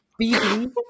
BB